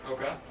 Okay